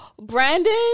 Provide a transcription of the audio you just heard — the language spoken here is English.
Brandon